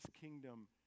kingdom